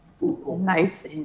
Nice